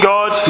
God